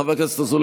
חבר הכנסת אזולאי,